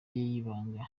y’ibanga